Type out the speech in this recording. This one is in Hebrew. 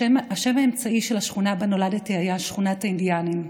השם האמצעי של השכונה שבה נולדתי היה "שכונת האינדיאנים",